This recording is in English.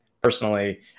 personally